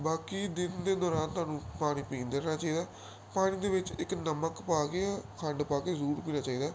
ਬਾਕੀ ਦਿਨ ਦੇ ਦੌਰਾਨ ਤੁਹਾਨੂੰ ਪਾਣੀ ਪੀਂਦੇ ਰਹਿਣਾ ਚਾਹੀਦਾ ਪਾਣੀ ਦੇ ਵਿੱਚ ਇੱਕ ਨਮਕ ਪਾ ਗਿਆ ਖੰਡ ਪਾ ਕੇ ਜ਼ਰੂਰ ਪੀਣਾ ਚਾਹੀਦਾ ਹੈ